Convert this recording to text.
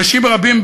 אנשים רבים,